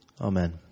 Amen